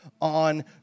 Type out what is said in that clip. on